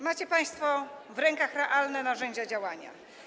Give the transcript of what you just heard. Macie państwo w rękach realne narzędzia działania.